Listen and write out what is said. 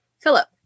Philip